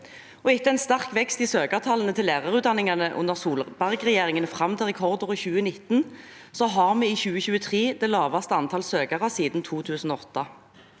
Etter en sterk vekst i søkertallene til lærerutdanningene under Solberg-regjeringene fram til rekordåret 2019 har vi i 2023 det laveste antall søkere siden 2008.